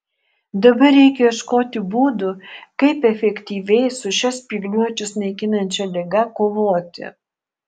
dabar reikia ieškoti būdų kaip efektyviai su šia spygliuočius naikinančia liga kovoti